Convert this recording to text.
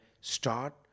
start